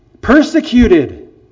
Persecuted